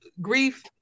grief